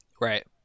right